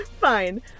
Fine